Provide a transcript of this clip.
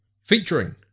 featuring